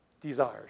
desires